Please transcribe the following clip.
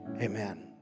amen